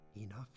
enough